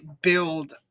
build